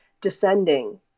descending